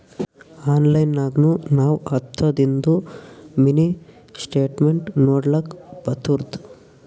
online ನಾಗ್ನು ನಾವ್ ಹತ್ತದಿಂದು ಮಿನಿ ಸ್ಟೇಟ್ಮೆಂಟ್ ನೋಡ್ಲಕ್ ಬರ್ತುದ